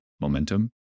momentum